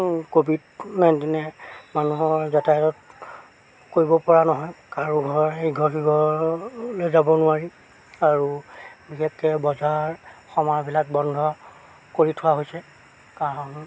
Covid নাইণ্টিনে মানুহৰ যাতায়ত কৰিব পৰা নহয় কাৰো ঘৰ ইঘৰ সিঘৰলৈ যাব নোৱাৰি আৰু বিশেষকৈ বজাৰ সমাৰবিলাক বন্ধ কৰি থোৱা হৈছে কাৰণ